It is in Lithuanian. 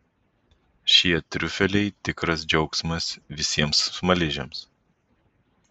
šie triufeliai tikras džiaugsmas visiems smaližiams